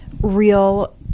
Real